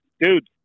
dude